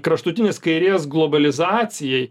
kraštutinės kairės globalizacijai